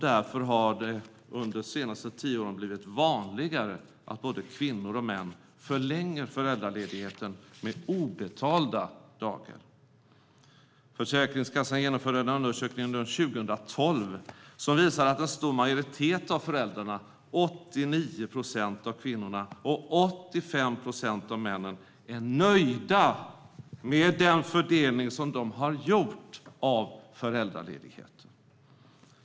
Därför har det under de senaste tio åren blivit vanligare att både kvinnor och män förlänger föräldraledigheten med obetalda dagar. Försäkringskassan genomförde en undersökning under 2012 som visar att en stor majoritet av föräldrarna, 89 procent av kvinnorna och 85 procent av männen, är nöjda med den fördelning som de har gjort av föräldraledigheten.